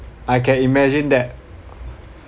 I can imagine that